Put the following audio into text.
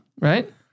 Right